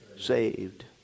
Saved